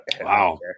Wow